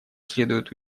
следует